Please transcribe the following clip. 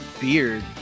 beard